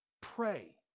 pray